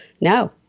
no